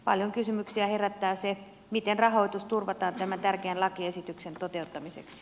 paljon kysymyksiä herättää se miten rahoitus turvataan tämän tärkeän lakiesityksen toteuttamiseksi